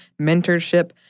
mentorship